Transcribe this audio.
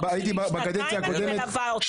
שנתיים אני מלווה אותה.